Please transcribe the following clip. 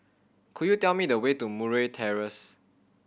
could you tell me the way to Murray Terrace